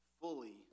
fully